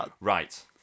Right